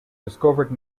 discovered